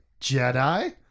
Jedi